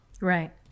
Right